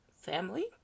family